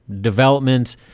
development